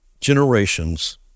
generations